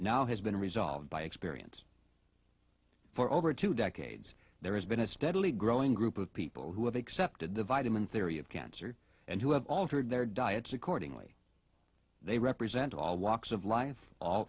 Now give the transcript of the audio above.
now has been resolved by experience for over two decades there has been a steadily growing group of people who have accepted the vitamin theory of cancer and who have altered their diets accordingly they represent all walks of life all